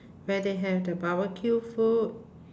where they have the barbecue food